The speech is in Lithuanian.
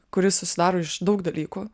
kuris susidaro iš daug dalykų